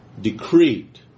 decreed